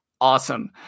Awesome